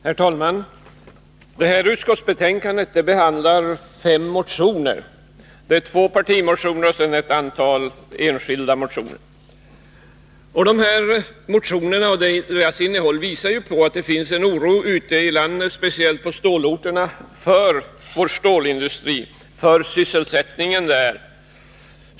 Herr talman! I näringsutskottets betänkande 31 behandlas fem motioner, därav två partimotioner. Innehållet i motionerna visar att det ute i landet, speciellt på stålorterna, finns en stor oro för vår stålindustri och för sysselsättningen där.